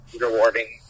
rewarding